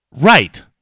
Right